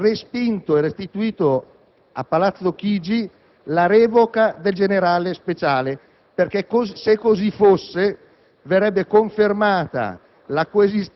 e abbia respinto e restituito a Palazzo Chigi la revoca del generale Speciale. Se così fosse, verrebbe confermata